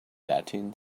latin